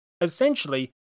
essentially